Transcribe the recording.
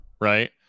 right